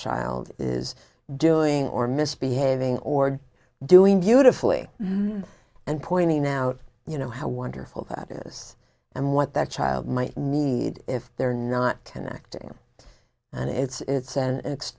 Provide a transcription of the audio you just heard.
child is doing or misbehaving or doing beautifully and pointing out you know how wonderful that is and what that child might need if they're not connecting and it's and it's